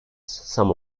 some